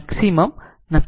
નક્કી કરે છે